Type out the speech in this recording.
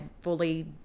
fully